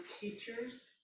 teachers